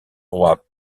roi